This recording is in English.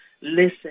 Listen